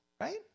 right